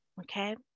Okay